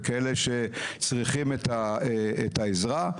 וכאלה שצריכים את העזרה,